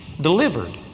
delivered